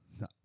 No